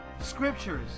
scriptures